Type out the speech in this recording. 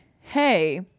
hey